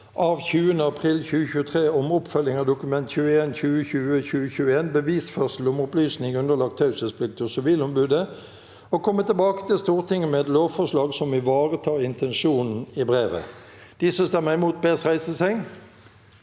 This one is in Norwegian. av 20. april 2023 om – Oppfølging av Dokument 21 (2020–2021) – bevisførsel om opplysning underlagt taushetsplikt hos Sivilombudet – og komme tilbake til Stortinget med et lovforslag som ivaretar intensjonen i brevet. V o t e r i n g : Komiteens